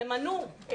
ימנו רכז,